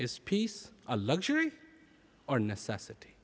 is peace a luxury or necessity